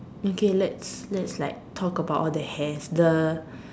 okay let's let's like talk about all the hairs the